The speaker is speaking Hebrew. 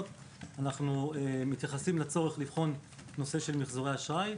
אנחנו מתייחסים לצורך לבחון נושא של מיחזור אשראי.